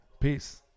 Peace